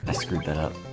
ah screwed up